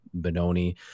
Benoni